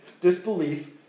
disbelief